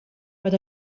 per